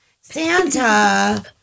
Santa